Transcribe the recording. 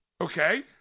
Okay